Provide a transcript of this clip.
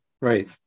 Right